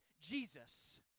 Jesus